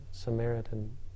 Samaritan